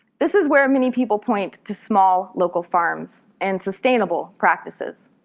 this is where many people point to small, local farms, and sustainable practices.